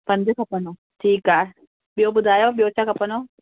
पंज खपनव ठीकु आहे ॿियो ॿुधायो ॿियो छा खपंदव